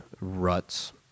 ruts